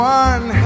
one